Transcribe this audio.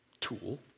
tool